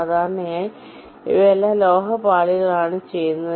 സാധാരണയായി ഇവയെല്ലാം ലോഹ പാളികളിലാണ് ചെയ്യുന്നത്